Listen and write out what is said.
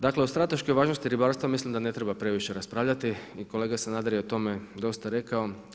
Dakle, o strateškoj važnosti ribarstva mislim da ne treba previše raspravljati i kolega Sanader je o tome dosta rekao.